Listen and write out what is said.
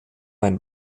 ein